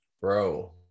Bro